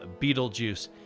Beetlejuice